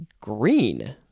green